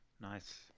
Nice